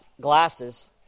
glasses